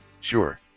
Sure